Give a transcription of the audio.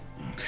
Okay